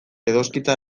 edoskitze